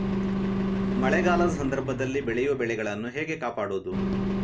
ಮಳೆಗಾಲದ ಸಂದರ್ಭದಲ್ಲಿ ಬೆಳೆಯುವ ಬೆಳೆಗಳನ್ನು ಹೇಗೆ ಕಾಪಾಡೋದು?